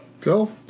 Go